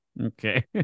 Okay